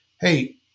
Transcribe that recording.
hey